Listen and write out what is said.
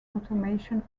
automation